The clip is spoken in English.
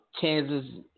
Kansas